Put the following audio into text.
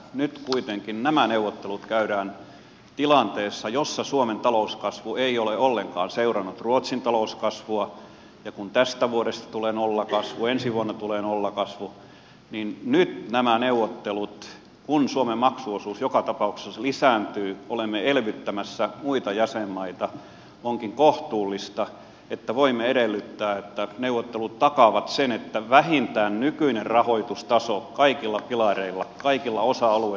nyt kuitenkin nämä neuvottelut käydään tilanteessa jossa suomen talouskasvu ei ole ollenkaan seurannut ruotsin talouskasvua ja kun tästä vuodesta tulee nollakasvu ja ensi vuonna tulee nollakasvu niin nyt näissä neuvotteluissa kun suomen maksuosuus joka tapauksessa lisääntyy olemme elvyttämässä muita jäsenmaita onkin kohtuullista että voimme edellyttää että neuvottelut takaavat sen että vähintään nykyinen rahoitustaso kaikilla pilareilla kaikilla osa alueilla tulee toteutumaan